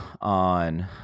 on –